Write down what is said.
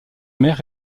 mer